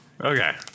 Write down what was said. Okay